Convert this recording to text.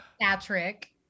patrick